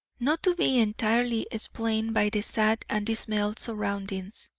not to be entirely explained by the sad and dismal surroundings.